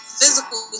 physical